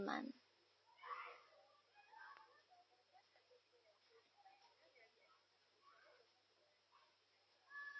month